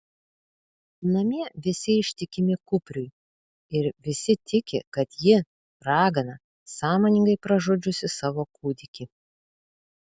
namie visi ištikimi kupriui ir visi tiki kad ji ragana sąmoningai pražudžiusi savo kūdikį